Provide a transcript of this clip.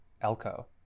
Elko